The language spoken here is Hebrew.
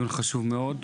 הוא חשוב מאוד.